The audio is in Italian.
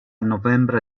novembre